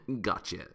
Gotcha